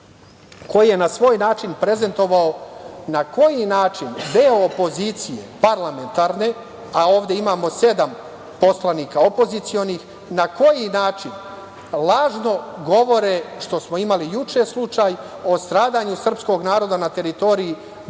koji je na svoj način prezentovao na koji način deo parlamentarne opozicije, a ovde imamo sedam poslanika opozicionih, lažno govore, što smo imali juče slučaj, o stradanju srpskog naroda na teritoriji Bosne